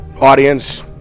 audience